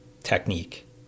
technique